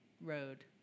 road